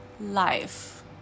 life